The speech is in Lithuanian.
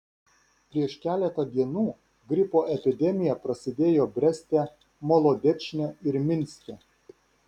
prieš keletą dienų gripo epidemija prasidėjo breste molodečne ir minske